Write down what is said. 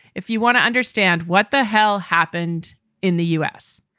if you want to understand what the hell happened in the u s,